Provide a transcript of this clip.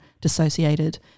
dissociated